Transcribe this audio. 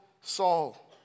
Saul